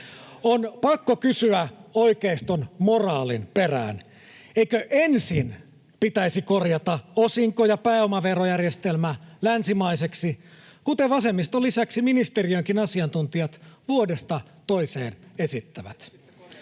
On pakko kysyä oikeiston moraalin perään. Eikö ensin pitäisi korjata osinko- ja pääomaverojärjestelmä länsimaiseksi, kuten vasemmiston lisäksi ministeriön asiantuntijat vuodesta toiseen esittävät?